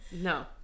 No